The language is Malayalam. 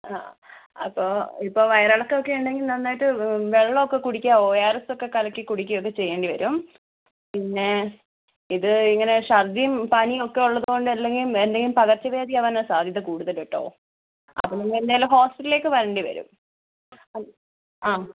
അപ്പോൾ ഇപ്പോൾ വയറിളക്കമൊക്കെ ഉണ്ടെങ്കിൽ നന്നായിട്ട് വെള്ളമൊക്കെ കുടിക്കുക ഒ ആർ എസ് ഒക്കെ കലക്കി കുടിക്കുക ചെയ്യേണ്ടി വരും പിന്നെ ഇത് ഇങ്ങനെ ശർദിയും പണിയും ഒക്കെ ഉള്ളത് കൊണ്ട് എന്തെങ്കിലും പകർച്ചവ്യാധി ആകാനാണ് സാധ്യത കൂടുതൽ കേട്ടോ അപ്പോൾ പിന്നെ എന്തായാലും ഹോസ്പിറ്റലിലേക്ക് വരേണ്ടി വരും അ